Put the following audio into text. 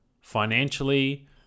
financially